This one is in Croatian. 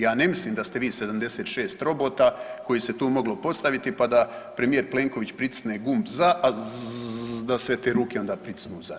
Ja ne mislim da ste 76 robota koji se tu moglo postaviti, pa da premijer Plenković pritisne gumb za i onda da sve te ruke onda pritisnu za.